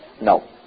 No